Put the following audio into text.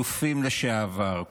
אלופים לשעבר,